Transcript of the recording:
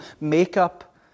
makeup